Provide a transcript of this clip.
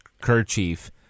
kerchief